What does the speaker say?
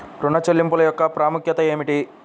ఋణ చెల్లింపుల యొక్క ప్రాముఖ్యత ఏమిటీ?